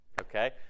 Okay